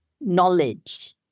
knowledge